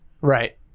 Right